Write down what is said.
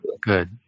Good